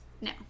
No